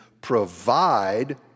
provide